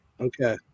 Okay